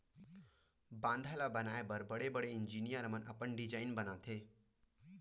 बांधा ल बनाए बर बड़े बड़े इजीनियर मन अपन डिजईन बनाथे